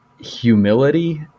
humility